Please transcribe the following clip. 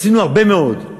עשינו הרבה מאוד.